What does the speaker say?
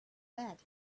bed